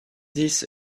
dix